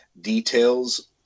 details